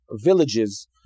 villages